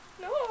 No